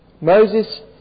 Moses